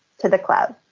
to the cloud.